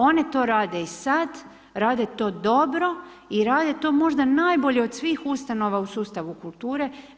One to rade i sad, rade to dobro i rade to možda najbolje od svih ustanova u sustavu kulture.